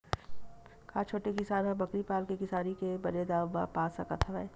का छोटे किसान ह बकरी पाल के किसानी के बने दाम पा सकत हवय?